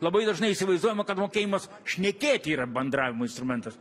labai dažnai įsivaizduojama kad mokėjimas šnekėt yra bendravimo instrumentas